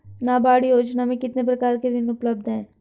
नाबार्ड योजना में कितने प्रकार के ऋण उपलब्ध हैं?